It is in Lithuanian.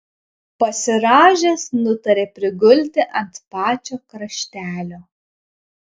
pasirąžęs nutarė prigulti ant pačio kraštelio